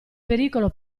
pericolo